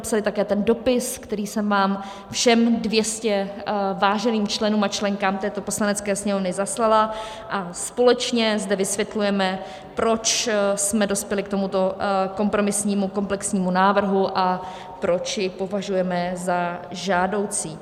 Podepsali také ten dopis, který jsem vám všem 200 váženým členům a členkám této Poslanecké sněmovny zaslala, a společně zde vysvětlujeme, proč jsme dospěli k tomuto kompromisnímu a komplexnímu návrhu a proč jej považujeme za žádoucí.